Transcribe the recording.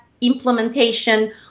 implementation